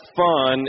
fun